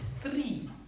three